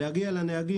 להגיע לנהגים